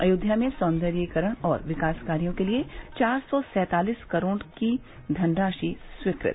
अयोध्या में सौन्दर्यीकरण और विकास कार्यो के लिए चार सौ सैंतालिस करोड़ की धनराशि स्वीकृत